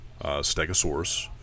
stegosaurus